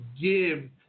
give